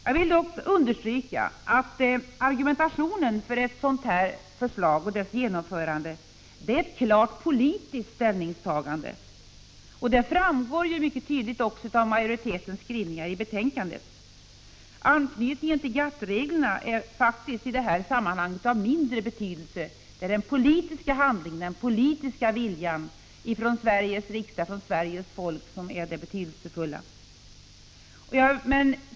Jag vill dock understryka att argumentationen för ett sådant här förslag och dess genomförande är ett klart politiskt ställningstagande. Det framgår mycket tydligt av majoritetens skrivningar i betänkandet. Anknytningen till GATT-reglerna är i detta sammanhang av mindre betydelse. Det är den politiska handlingen, den politiska viljan från Sveriges riksdag, Sveriges folk, som är det betydelsefulla.